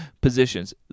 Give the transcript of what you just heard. positions